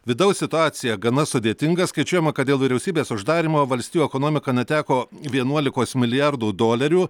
vidaus situacija gana sudėtinga skaičiuojama kad dėl vyriausybės uždarymo valstijų ekonomika neteko vienuolikos milijardų dolerių